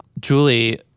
Julie